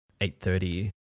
8.30